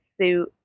suit